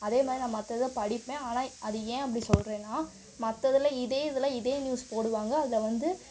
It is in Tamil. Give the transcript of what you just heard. அதே மாதிரி நான் மற்றத படிப்பேன் ஆனால் அது ஏன் அப்படி சொல்கிறேன்னா மற்ற இதில் இதே இதில் இதே நியூஸ் போடுவாங்க அதில் வந்து